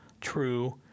true